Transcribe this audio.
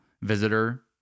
visitor